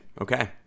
Okay